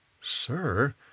Sir